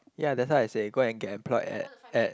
ya that's why I say go and get employed at at